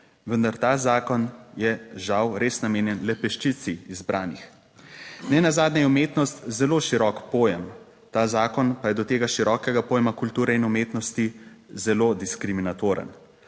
vendar ta zakon je žal res namenjen le peščici izbranih. Nenazadnje je umetnost zelo širok pojem, ta zakon pa je do tega širokega pojma kulture in umetnosti zelo diskriminatoren,